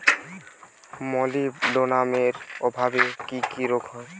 মলিবডোনামের অভাবে কি কি রোগ হয়?